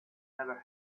never